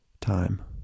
time